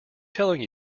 telling